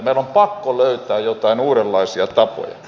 meidän on pakko löytää joitain uudenlaisia tapoja